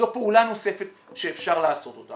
זו פעולה נוספת שאפשר לעשות אותה.